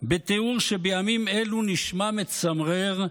בתיאור שבימים אלו נשמע מצמרר,